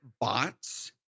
bots